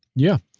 yeah,